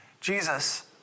Jesus